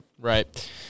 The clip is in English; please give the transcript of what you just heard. Right